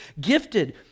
gifted